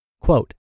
Quote